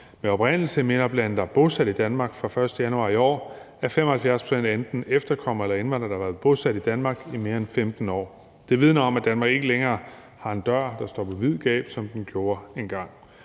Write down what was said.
med oprindelse i MENAPT-landene, der er bosat i Danmark fra den 1. januar i år, er 75 pct. enten efterkommere eller indvandrere, der har været bosat i Danmark i mere end 15 år. Det vidner om, at Danmark ikke længere har en dør, der står på vid gab, som den gjorde engang.